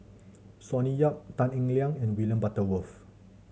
Sonny Yap Tan Eng Liang and William Butterworth